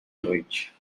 noite